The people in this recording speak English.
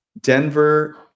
Denver